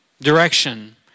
direction